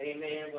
Amen